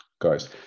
guys